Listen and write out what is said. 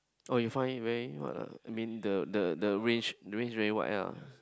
oh you found it very wide ah I mean the the the range the range very white lah